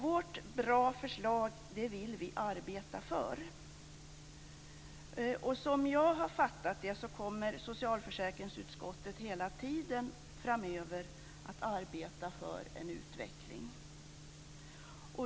Vårt bra förslag vill vi arbeta för. Som jag har uppfattat det kommer socialförsäkringsutskottet hela tiden framöver att arbeta för en utveckling.